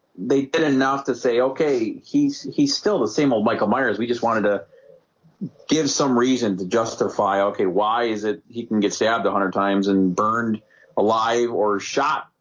they did enough to say okay, he's he's still the same old michael myers. we just wanted to give some reason to justify. okay, why is it he can get stabbed a hundred times and burned alive or shot?